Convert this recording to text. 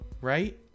right